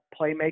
playmaker